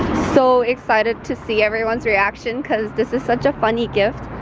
so excited to see everyone's reaction, because this is such a funny gift.